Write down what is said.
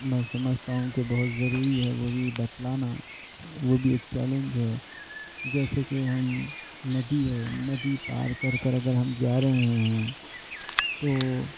میں سمجھتا ہوں کہ بہت ضروری ہے وہ بھی بتلانا وہ بھی ایک چیلنج ہے جیسے کہ ہم ندی ہے ندی پار کر کر اگر ہم جا رہے ہیں تو